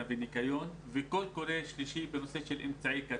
וניקיון וקול קורא שלישי בנושא של אמצעי קצה.